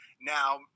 Now